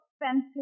expensive